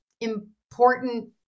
important